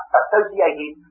associated